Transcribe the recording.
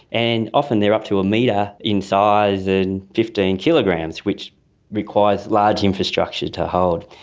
and often they are up to a metre in size and fifteen kilograms, which requires large infrastructure to hold.